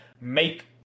make